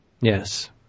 Yes